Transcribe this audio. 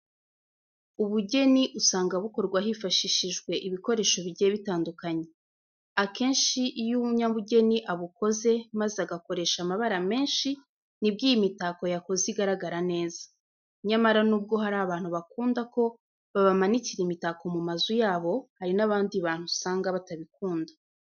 Ubugeni usanga bukorwa hifashishijwe ibikoresho bigiye bitandukanye. Akenshi iyo umunyabugeni abukoze maze agakoresha amabara menshi nibwo iyi mitako yakoze igaragara neza. Nyamara nubwo hari abantu bakunda ko babamanikira imitako mu mazu yabo, hari n'abandi bantu usanga batabikunda.